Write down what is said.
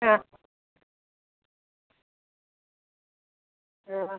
ആ ആ